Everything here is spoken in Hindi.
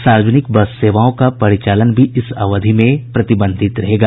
सार्वजनिक बस सेवाओं का परिचालन भी इस अवधि में प्रतिबंधित रहेगा